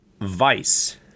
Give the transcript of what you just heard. Vice